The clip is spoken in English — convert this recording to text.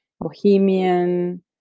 bohemian